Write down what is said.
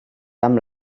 amb